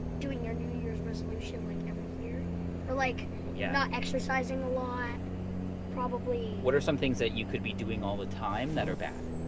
doing your new year's resolution like every year or like you're yeah not exercising a lot probably. what are some things that you could be doing all the time that are bad?